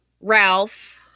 ralph